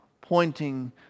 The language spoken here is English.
pointing